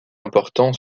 important